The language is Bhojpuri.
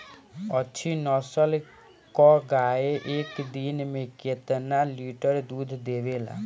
अच्छी नस्ल क गाय एक दिन में केतना लीटर दूध देवे ला?